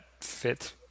fit